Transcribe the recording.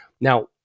Now